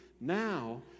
Now